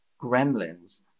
Gremlins